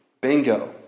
Bingo